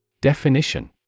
Definition